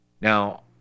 Now